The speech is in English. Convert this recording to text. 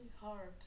hard